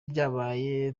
byabaye